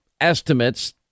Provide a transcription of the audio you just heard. estimates